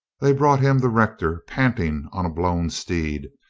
they brought him the rector, panting on a blown steed,